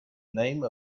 name